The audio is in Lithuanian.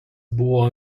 buvo